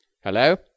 hello